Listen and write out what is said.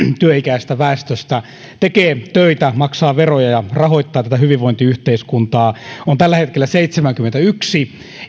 työikäisestä väestöstä tekee töitä maksaa veroja ja rahoittaa tätä hyvinvointiyhteiskuntaa on tällä hetkellä seitsemänkymmentäyksi